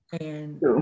And-